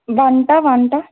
వంట వంట